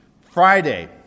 Friday